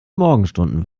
morgenstunden